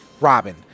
robin